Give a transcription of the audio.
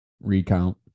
Recount